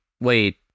wait